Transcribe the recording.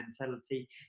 mentality